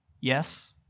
Yes